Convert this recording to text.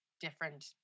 different